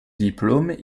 diplôme